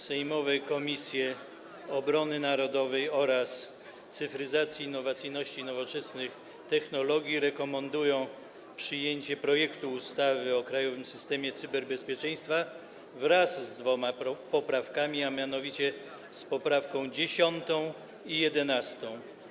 Sejmowe Komisje: Obrony Narodowej oraz Cyfryzacji, Innowacyjności i Nowoczesnych Technologii rekomendują przyjęcie projektu ustawy o krajowym systemie cyberbezpieczeństwa wraz z dwiema poprawkami, a mianowicie z poprawkami 10. i 11.